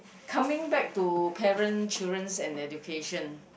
coming back to parent children's and education